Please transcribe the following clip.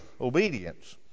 obedience